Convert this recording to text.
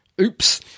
Oops